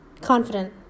confident